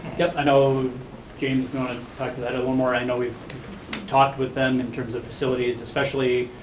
yep, i know jame's gonna talk to that a little more. i know we've talked with him in terms of facilities, especially,